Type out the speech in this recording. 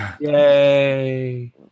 Yay